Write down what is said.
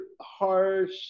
harsh